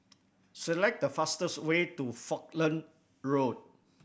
select the fastest way to Falkland Road